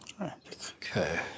Okay